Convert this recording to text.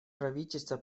правительство